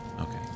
Okay